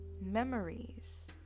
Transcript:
memories